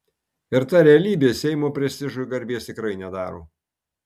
ir ta realybė seimo prestižui garbės tikrai nedaro